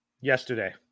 Yesterday